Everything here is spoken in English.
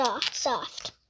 soft